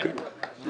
כן.